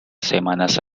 semanas